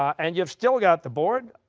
and you've still got the board.